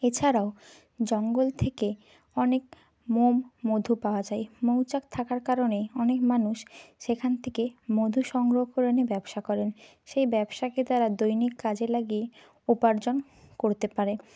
এছাড়াও জঙ্গল থেকে অনেক মোম মধু পাওয়া যায় মৌচাক থাকার কারণেই অনেক মানুষ সেখান থেকে মধু সংগ্রহকরণে ব্যবসা করেন সেই ব্যবসাকে তারা দৈনিক কাজে লাগিয়ে উপার্জন করতে পারে